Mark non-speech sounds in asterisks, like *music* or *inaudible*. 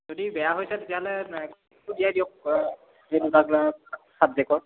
যদি বেয়া হৈছে তেতিয়াহ'লে *unintelligible* টো দিয়াই দিয়ক সেই দুটা ছাবজেকৰ